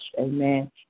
amen